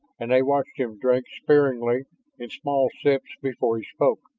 and they watched him drink sparingly in small sips before he spoke.